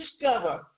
discover